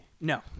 No